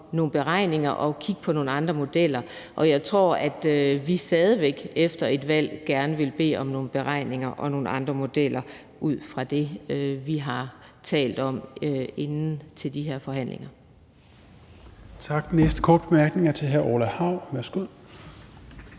nogle beregninger i forhold til at kigge på nogle andre modeller, og jeg tror, at vi efter et valg stadig væk gerne vil bede om nogle beregninger og nogle andre modeller ud fra det, vi har talt om inde til de forhandlinger.